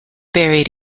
buried